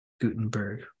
Gutenberg